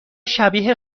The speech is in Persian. شبیه